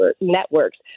networks